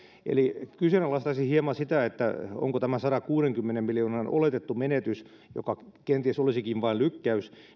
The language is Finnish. eli kyseenalaistaisin hieman sitä että onko tämä sadankuudenkymmenen miljoonan oletettu menetys joka kenties olisikin vain lykkäys